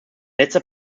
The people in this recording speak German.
letzter